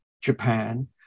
Japan